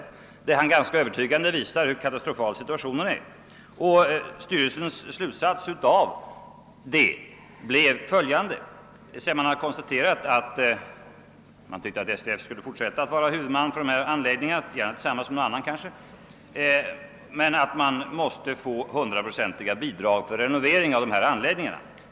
Han visar på ett ganska övertygande sätt hur katastrofal situationen är. Det konstaterades först att STF bör fortsätta att vara huvudman för dessa anläggningar, gärna tillsammans med någon annan, och att man måste få ett hundraprocentigt bidrag för renovering av de här anläggningarna.